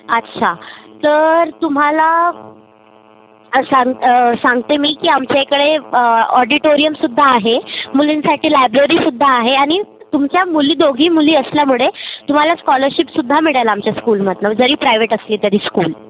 अच्छा तर तुम्हाला सांग सांगते मी की आमच्या इकडे ऑडिटोरियमसुध्दा आहे मुलींसाठी लायब्ररीसुध्दा आहे आणि तुमच्या मुली दोघी मुली असल्यामुळे तुम्हाला स्कॉलरशिपसुध्दा मिळेल आमच्या स्कूलमधनं जरी प्रायव्हेट असली तरी स्कूल